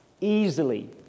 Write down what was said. Easily